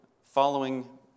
following